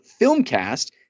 Filmcast